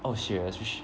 oh serious which